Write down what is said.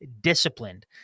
disciplined